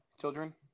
children